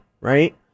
right